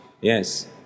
Yes